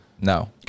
No